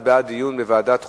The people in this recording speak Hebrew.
זה בעד דיון בוועדת החוקה,